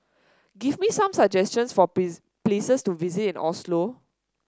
give me some suggestions for places to visit in Oslo